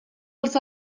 els